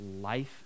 life